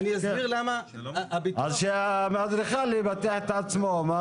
אז שהאדריכל יבטח את עצמו.